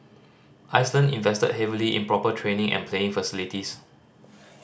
Iceland invested heavily in proper training and playing facilities